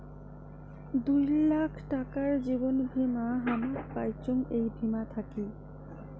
দুই লাখ টাকার জীবন বীমা হামাক পাইচুঙ এই বীমা থাকি